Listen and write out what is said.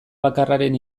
bakarraren